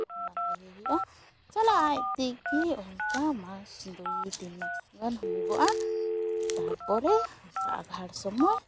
ᱵᱟᱝ ᱤᱭᱟᱹᱭ ᱦᱩᱭᱩᱜᱼᱟ ᱪᱟᱞᱟᱜᱼᱟ ᱟᱡ ᱛᱮᱜᱮ ᱚᱝᱠᱟ ᱢᱟᱥ ᱫᱩᱭ ᱛᱤᱱ ᱢᱟᱥ ᱜᱟᱱ ᱦᱩᱭᱩᱜᱚᱜᱼᱟ ᱛᱟᱨᱯᱚᱨᱮ ᱚᱱᱠᱟ ᱟᱸᱜᱷᱟᱬ ᱥᱚᱢᱚᱭ